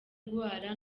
urwara